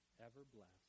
ever-blessed